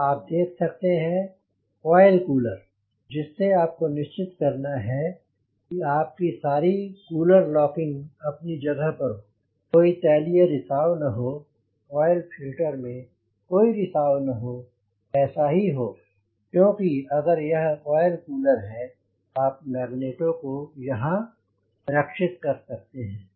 यहाँ आप देखते हैं आयल कूलर जिसमे आपको निश्चित करना है की आपकी सारी कूलर लॉकिंग अपनी जगह पर हो कोई तैलीय रिसाव न हो आयल फ़िल्टर में कोई रिसाव न हो ऐसा ही हो क्योंकि अगर यह आयल कूलर है तो आप मैग्नेटो को यहाँ रक्षित कर सकते हैं